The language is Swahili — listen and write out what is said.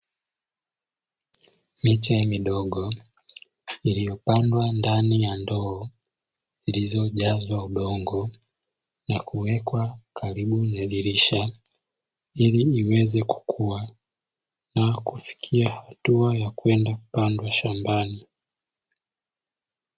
Miche midogo iliyopandwa ndani ya ndoo zilizojazwa udongo na kuwekwa karibu na dirisha, ili iweze kukua na kufikia hatua ya kwenda kupandwa shambani.